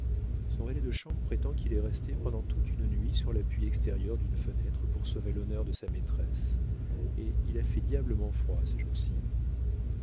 son valet de chambre prétend qu'il est resté pendant toute une nuit sur l'appui extérieur d'une fenêtre pour sauver l'honneur de sa maîtresse et il a fait diablement froid ces jours-ci